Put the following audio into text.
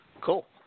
Cool